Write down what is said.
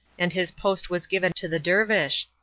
and his post was given to the dervish.